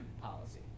policy